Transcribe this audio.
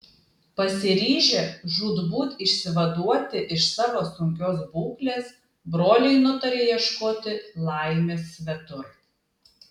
pasiryžę žūtbūt išsivaduoti iš savo sunkios būklės broliai nutarė ieškoti laimės svetur